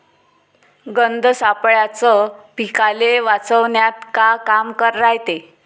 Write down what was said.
गंध सापळ्याचं पीकाले वाचवन्यात का काम रायते?